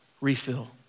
refill